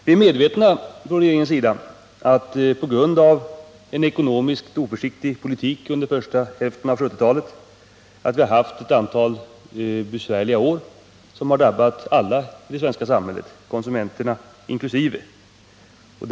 Viär från regeringens sida medvetna om att vi, på grund av en ekonomiskt oförsiktig politik under första hälften av 1970-talet, haft ett antal besvärliga år, som drabbat alla i det svenska samhället, inkl. konsumenterna.